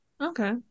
Okay